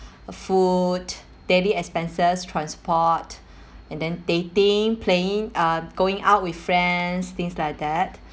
food daily expenses transport and then dating playing uh going out with friends things like that